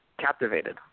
captivated